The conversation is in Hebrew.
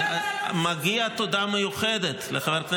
כדי שבאמת אותן פעולות חשובות למימוש מינהלת תקומה יוכלו להתממש.